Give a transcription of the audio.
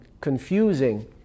confusing